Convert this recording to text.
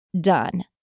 done